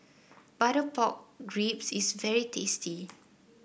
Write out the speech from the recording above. Butter Pork Ribs is very tasty